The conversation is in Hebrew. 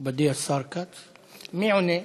מי עונה?